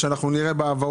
בסדר.